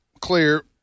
clear